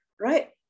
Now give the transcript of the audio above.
right